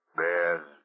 bears